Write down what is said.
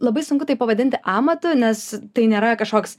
labai sunku tai pavadinti amatu nes tai nėra kažkoks